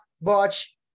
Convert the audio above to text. watch